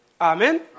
Amen